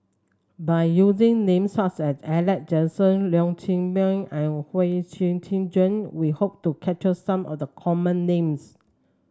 by using names such as Alex Josey Leong Chee Mun and Huang Shiqi Joan we hope to capture some of the common names